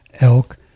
elk